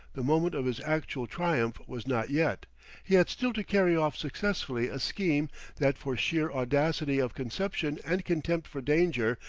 the moment of his actual triumph was not yet he had still to carry off successfully a scheme that for sheer audacity of conception and contempt for danger,